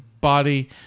body